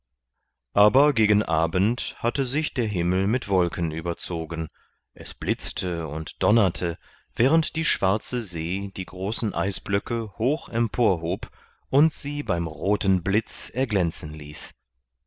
aber gegen abend hatte sich der himmel mit wolken überzogen es blitzte und donnerte während die schwarze see die großen eisblöcke hoch emporhob und sie beim roten blitz erglänzen ließ